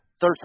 third